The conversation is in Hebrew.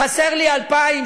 חסר לי 2,000,